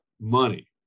money